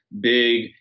big